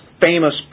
famous